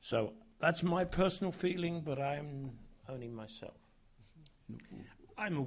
so that's my personal feeling but i'm only myself i'm a